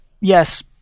yes